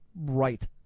Right